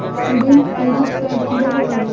Student credit card কিভাবে পাব?